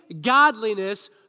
godliness